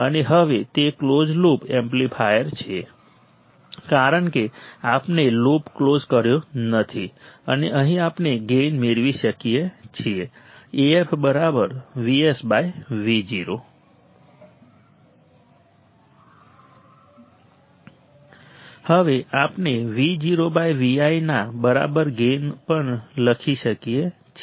અને હવે તે ક્લોઝ લૂપ એમ્પ્લીફાયર છે કારણ કે આપણે લૂપ ક્લોઝ કર્યો નથી અને અહીં આપણે ગેઈન મેળવી શકીએ છીએ Af VsVo હવે આપણે Vo Vi ના બરાબર ગેઇન પણ લખી શકીએ છીએ